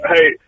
Hey